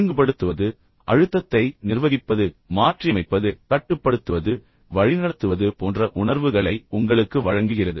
ஒழுங்குபடுத்துவது அழுத்தத்தை நிர்வகிப்பது மன அழுத்தத்தை மாற்றியமைப்பது மன அழுத்தத்தைக் கட்டுப்படுத்துவது மன அழுத்தத்தை வழிநடத்துவது போன்ற உணர்வுகளை உங்களுக்கு வழங்குகிறது